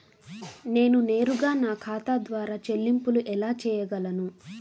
నేను నేరుగా నా ఖాతా ద్వారా చెల్లింపులు ఎలా చేయగలను?